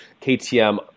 KTM